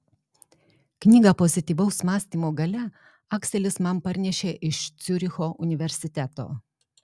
knygą pozityvaus mąstymo galia akselis man parnešė iš ciuricho universiteto